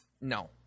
No